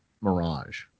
Mirage